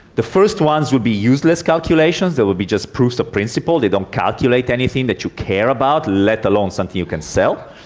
the first ones will be useless calculations, they will be just proofs of principle, they don't calculate anything that you care about, let alone something you can sell,